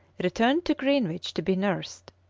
returned to greenwich to be nursed.